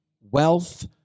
wealth